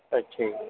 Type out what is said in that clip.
ਅੱਛਾ ਜੀ